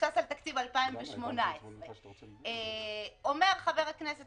שמבוסס על תקציב 2018. אומר חבר הכנסת